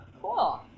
Cool